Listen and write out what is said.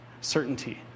certainty